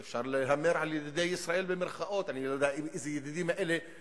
ואפשר להמר על "ידידי ישראל" אני לא יודע איזה ידידים אלה,